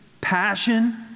passion